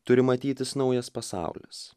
turi matytis naujas pasaulis